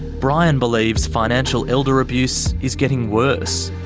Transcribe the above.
brian believes financial elder abuse is getting worse.